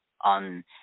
on